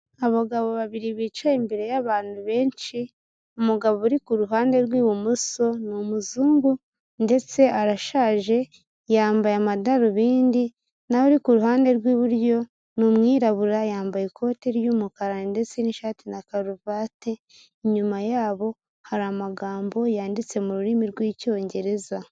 Abagabo babiri bicaye imbere y'abantu benshi, umugabo uri ku ruhande rw'ibumoso ni umuzungu ndetse arashaje yambaye amadarubindi naho uri ku ruhande rw'iburyo ni umwirabura yambaye ikoti ry'umukara ndetse n'ishati na karuvati, inyuma yabo hari amagambo yanditse mu rurimi rw'icyongereza.